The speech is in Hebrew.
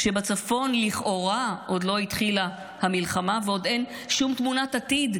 כשבצפון לכאורה עוד לא התחילה המלחמה ועוד אין שום תמונת עתיד,